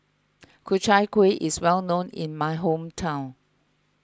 Ku Chai Kuih is well known in my hometown